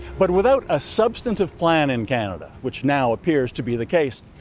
but without a substantive plan in canada which now appears to be the case,